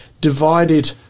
divided